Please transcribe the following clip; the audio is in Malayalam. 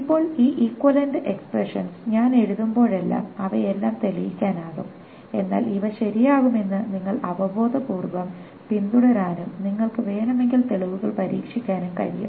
ഇപ്പോൾ ഈ ഈക്വിവാലെന്റ എക്സ്പ്രഷൻസ് ഞാൻ എഴുതുമ്പോഴെല്ലാം അവയെല്ലാം തെളിയിക്കാനാകും എന്നാൽ ഇവ ശരിയാകുമെന്ന് നിങ്ങൾക്ക് അവബോധപൂർവ്വം പിന്തുടരാനും നിങ്ങൾക്ക് വേണമെങ്കിൽ തെളിവുകൾ പരീക്ഷിക്കാനും കഴിയും